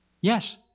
Yes